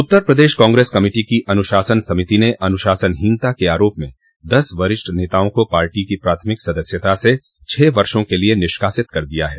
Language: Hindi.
उत्तर प्रदेश कांग्रेस कमेटी की अनुशासन समिति ने अनुशासनहीनता के आरोप में दस वरिष्ठ नेताओं को पार्टी की प्राथमिक सदस्यता से छः वर्षो के ॅ लिए निष्कासित कर दिया है